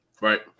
right